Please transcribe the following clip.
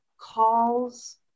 calls